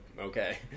okay